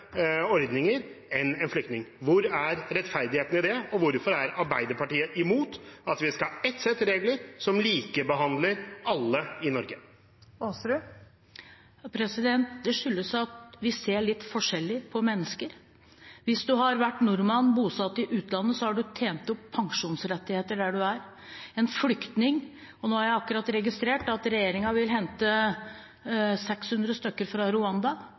ordninger enn en flyktning. Hvor er rettferdigheten i det? Hvorfor er Arbeiderpartiet imot at vi skal ha ett sett regler, som likebehandler alle i Norge? Det skyldes at vi ser litt forskjellig på mennesker. Hvis du som nordmann har vært bosatt i utlandet, har du tjent opp pensjonsrettigheter der du er. En flyktning – og nå har jeg akkurat registrert at regjeringen vil hente 600 stykker fra